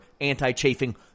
anti-chafing